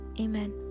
Amen